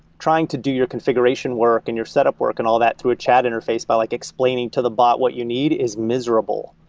trying to do your configuration work and your setup work and all of that to a chat interface by like explaining to the bot what you need, is miserable.